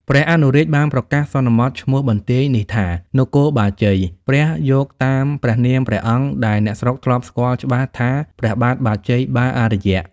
ព្រះអនុរាជបានប្រកាសសន្មតឈ្មោះបន្ទាយនេះ ថា នគរបាជ័យព្រះយកតាមព្រះនាមព្រះអង្គដែលអ្នកស្រុកធ្លាប់ស្គាល់ច្បាស់ថាព្រះបាទបាជ័យបាអារ្យ ។